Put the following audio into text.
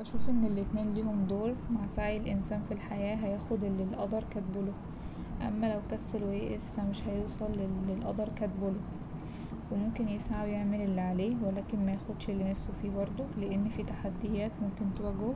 بشوف إن الإتنين ليهم دور مع سعي الإنسان في الحياة هياخد اللي القدر كاتبه له أما لو كسل ويأس فا مش هيوصل للي القدر كاتبه له وممكن يسعى ويعمل اللي عليه ولكن مياخدش اللي نفسه فيه برضه لأن فيه تحديات ممكن تواجهه